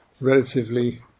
relatively